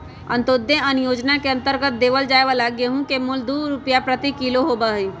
अंत्योदय अन्न योजना के अंतर्गत देवल जाये वाला गेहूं के मूल्य दु रुपीया प्रति किलो होबा हई